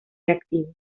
reactivo